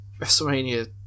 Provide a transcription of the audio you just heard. WrestleMania